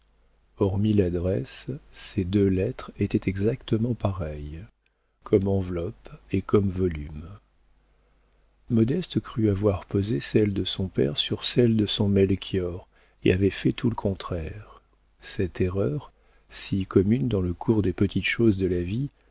hormis l'adresse ces deux lettres étaient exactement pareilles comme enveloppe et comme volume modeste crut avoir posé celle de son père sur celle de son melchior et avait fait tout le contraire cette erreur si commune dans le cours des petites choses de la vie